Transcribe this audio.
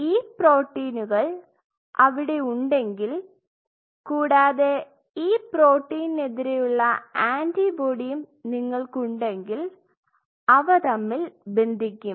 ഈ പ്രോട്ടീനുകൾ അവിടെ ഉണ്ടെങ്കിൽ കൂടാതെ ഈ പ്രോട്ടീനെതിരെ ഉള്ള ആന്റിബോഡിയും നിങ്ങൾക്ക് ഉണ്ടെങ്കിൽ അവ തമ്മിൽ ബന്ധിക്കും